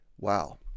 Wow